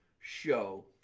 show